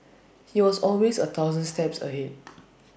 he was always A thousand steps ahead